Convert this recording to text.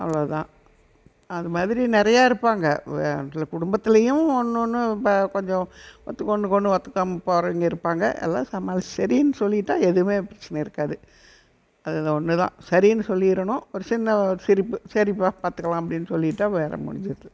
அவ்வளோதான் அதுமாதிரி நிறையா இருப்பாங்கள் சில குடும்பத்திலையும் ஒன்று ஒன்றும் இப்போ கொஞ்சம் ஒத்து ஒன்னுக்கொன்று ஒத்துக்காமல் போகிறவய்ங்க இருப்பாங்கள் அதெலாம் சமாளித்து சரின்னு சொல்லிட்டால் எதுவுமே பிரச்சனை இருக்காது அது ஒன்றுதான் சரின்னு சொல்லிடணும் ஒரு சின்ன ஒரு சிரிப்பு சரிப்பா பார்த்துக்கலாம் அப்படின்னு சொல்லிட்டால் வேலை முடிஞ்சுடுது